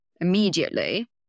immediately